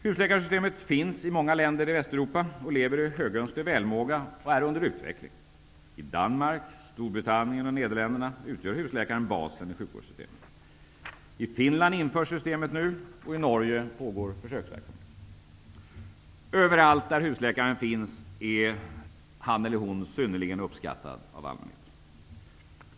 Husläkarsystemet finns i många länder i Västeuropa, det lever i högönsklig välmåga och är under utveckling. I Danmark, Storbritannien och Nederländerna utgör husläkaren basen i sjukvårdssystemet. I Finland införs nu systemet, och i Norge pågår försöksverksamhet. Överallt där husläkaren finns är han eller hon synnerligen uppskattad av allmänheten.